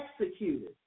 executed